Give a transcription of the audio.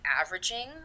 averaging